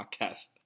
podcast